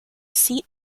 seat